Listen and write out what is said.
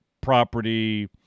property